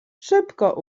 szybko